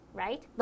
right